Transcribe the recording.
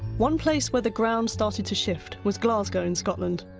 one place where the ground started to shift was glasgow in scotland.